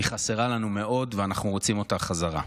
היא חסרה לנו מאוד, ואנחנו רוצים אותה חזרה.